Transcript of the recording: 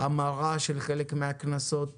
המרה של חלק מהקנסות